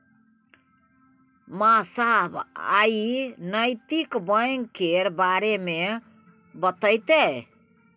मास्साब आइ नैतिक बैंक केर बारे मे बतेतै